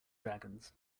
dragons